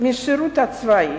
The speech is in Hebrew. צבאי